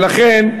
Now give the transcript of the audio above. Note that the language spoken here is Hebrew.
ולכן,